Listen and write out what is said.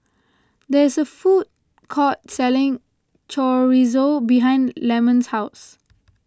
there is a food court selling Chorizo behind Lemon's house